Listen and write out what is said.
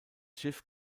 schiff